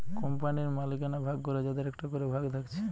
কোম্পানির মালিকানা ভাগ করে যাদের একটা করে ভাগ থাকছে